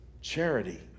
Charity